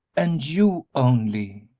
and you only.